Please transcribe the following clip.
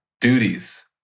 duties